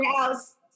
house